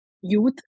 youth